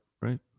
Right